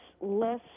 less